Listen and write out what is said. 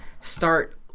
start